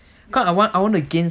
cause I want I want to gain